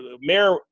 mayor